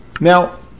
Now